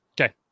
Okay